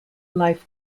life